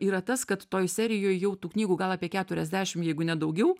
yra tas kad toj serijoj jau tų knygų gal apie keturiasdešim jeigu ne daugiau